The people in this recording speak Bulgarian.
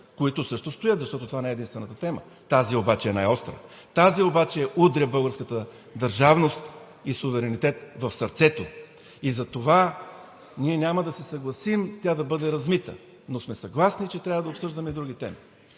които също стоят, защото това не е единствената тема. Тази обаче е най остра! Тази обаче удря българската държавност и суверенитет в сърцето! И затова ние няма да се съгласим тя да бъде размита, но сме съгласни, че трябва да обсъждаме и други теми.